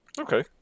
Okay